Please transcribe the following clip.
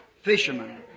fishermen